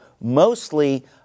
mostly